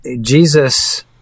Jesus